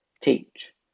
teach